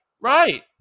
right